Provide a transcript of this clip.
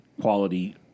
quality